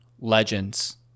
Legends